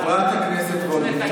חברת הכנסת וולדיגר, תודה רבה.